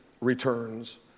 returns